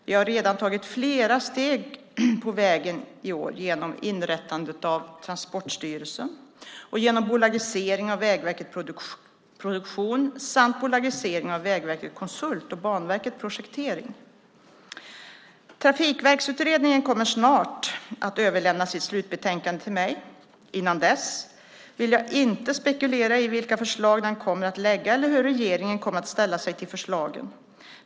Vi har redan tagit flera steg på vägen i år genom inrättandet av Transportstyrelsen och genom bolagiseringen av Vägverket Produktion samt bolagiseringen av Vägverket Konsult och Banverket Projektering. Trafikverksutredningen kommer snart att överlämna sitt slutbetänkande till mig. Innan dess vill jag inte spekulera i vilka förslag den kommer att lägga fram eller hur regeringen kommer att ställa sig till förslagen.